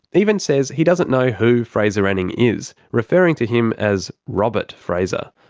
even says he doesn't know who fraser anning is, referring to him as robert fraser.